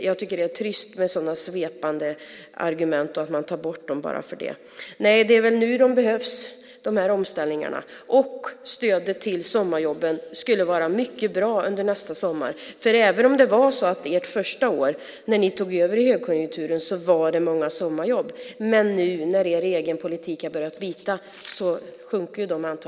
Jag tycker att det är trist med sådana svepande argument och att man tar bort åtgärderna bara för det. Nej, det är väl nu de behövs, de här omställningarna, och stödet till sommarjobben skulle vara mycket bra under nästa sommar, för även om det var många sommarjobb under ert första år när ni tog över i högkonjunkturen så sjunker antalen igen nu när er egen politik har börjat bita.